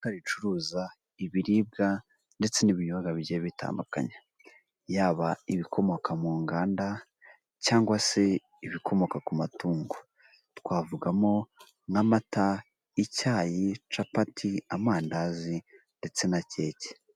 Iduka ricuruza ibiribwa ndetse n'ibinyobwa bigiye bitandukanye, yaba ibikomoka mu nganda cyangwa se ibikomoka ku matungo, twavugamo n'amata, icyayi, capati, amandazi ndetse na keke.